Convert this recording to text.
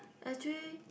actually